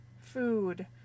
food